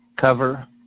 cover